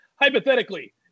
Hypothetically